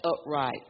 upright